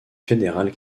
fédéral